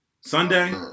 Sunday